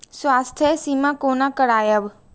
स्वास्थ्य सीमा कोना करायब?